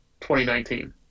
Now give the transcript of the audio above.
2019